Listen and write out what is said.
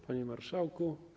Panie Marszałku!